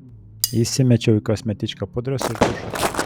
įsimečiau į kosmetičką pudros ir tušą tik